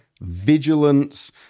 vigilance